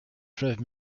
fleuve